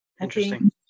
Interesting